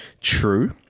true